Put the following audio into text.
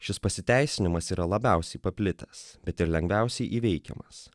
šis pasiteisinimas yra labiausiai paplitęs bet ir lengviausiai įveikiamas